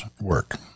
work